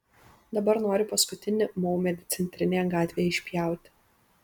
dabar nori paskutinį maumedį centrinėje gatvėje išpjauti